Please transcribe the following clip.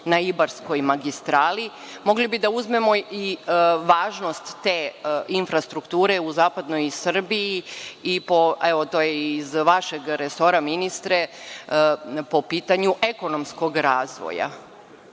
na Ibarskoj magistrali, mogli bi da uzmemo i važnost te infrastrukture u zapadnoj Srbiji i to je iz vašeg resora ministre po pitanju ekonomskog razvoja. Apsurd